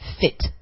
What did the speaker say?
fit